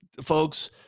folks